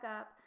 up